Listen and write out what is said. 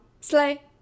Slay